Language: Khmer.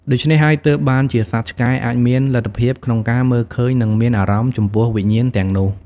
ដូច្នេះហើយទើបបានជាសត្វឆ្កែអាចមានលទ្ធភាពក្នុងការមើលឃើញនិងមានអារម្មណ៍ចំពោះវិញ្ញាណទាំងនោះ។